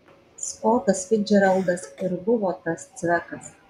skotas ficdžeraldas ir buvo tas cvekas